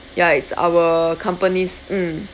ya it's our companies mm